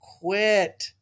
quit